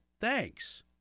thanks